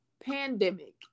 pandemic